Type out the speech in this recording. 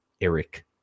Eric